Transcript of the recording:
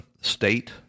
state